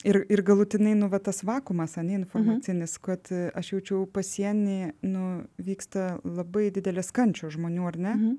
ir ir galutinai nu va tas vakuumas ane informacinis kad aš jaučiau pasieny nu vyksta labai didelės kančios žmonių ar ne